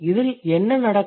இதில் என்ன நடக்கும்